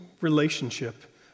relationship